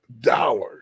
dollars